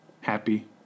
happy